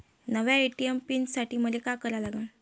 नव्या ATM pin साठी मले का करा लागन?